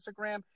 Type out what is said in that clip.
Instagram